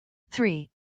three